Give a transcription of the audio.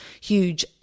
huge